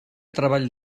treball